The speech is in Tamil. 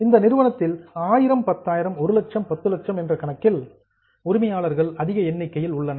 அந்த நிறுவனத்தில் ஆயிரம் பத்தாயிரம் ஒரு லட்சம் பத்து லட்சம் என்ற கணக்கில் உரிமையாளர்கள் அதிக எண்ணிக்கையில் உள்ளனர்